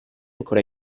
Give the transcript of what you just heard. ancora